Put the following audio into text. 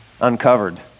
uncovered